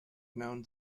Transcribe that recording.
known